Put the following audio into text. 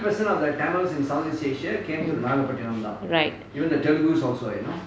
right